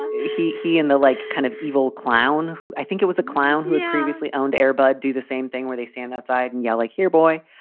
he heathy and the like kind of evil clown who i think it was a clown who previously owned air but do the same thing where they stand outside and yell like here boy.